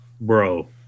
Bro